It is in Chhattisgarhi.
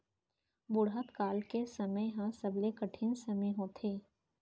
बुढ़त काल के समे ह सबले कठिन समे होथे